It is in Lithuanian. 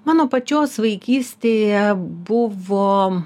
mano pačios vaikystėje buvo